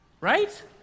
right